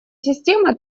системы